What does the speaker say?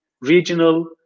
regional